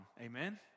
Amen